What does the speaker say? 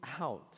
out